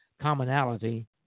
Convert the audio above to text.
commonality